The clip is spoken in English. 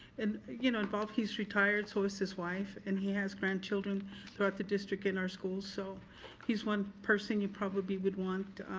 and you know, involved. he's retired, sort of so is his wife, and he has grandchildren throughout the district in our schools so he's one person you probably would want